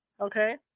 Okay